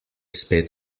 spet